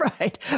Right